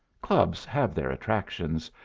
clubs have their attractions,